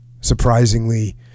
surprisingly